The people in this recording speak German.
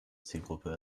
zielgruppe